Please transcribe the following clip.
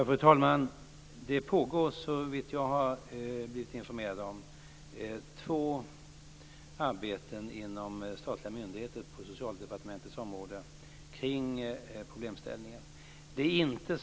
Fru talman! Det pågår, enligt vad jag har blivit informerad om, två arbeten inom statliga myndigheter på Socialdepartementets område kring problemställningen.